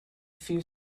few